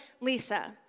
Lisa